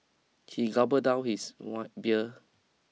he gulped down his one beer